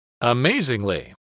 Amazingly